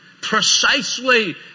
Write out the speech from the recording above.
precisely